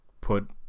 put